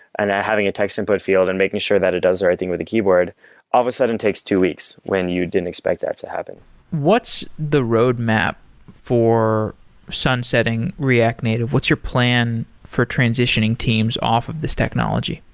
and having a text input field and making sure that it does the right thing with the keyboard, all of a sudden takes two weeks when you didn't expect that to happen what's the roadmap for sunsetting react native? what's your plan for transitioning teams off of this technology?